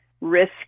risk